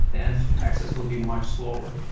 the and access will be much slower.